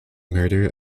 murder